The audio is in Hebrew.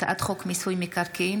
הצעת חוק מיסוי מקרקעין